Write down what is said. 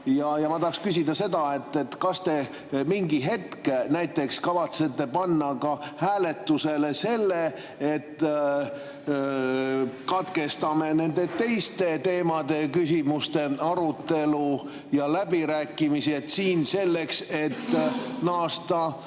Ma tahaksin küsida seda: kas te mingi hetk näiteks kavatsete panna ka hääletusele selle, et katkestame teiste teemade ja küsimuste arutelu ja läbirääkimised siin selleks, et naasta